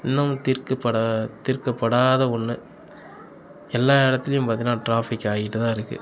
இன்னும் தீர்க்கப்பட தீர்க்கப்படாத ஒன்று எல்லா இடத்துலையும் பார்த்தின்னா டிராஃபிக் ஆகிட்டு தான் இருக்குது